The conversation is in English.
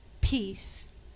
peace